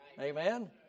Amen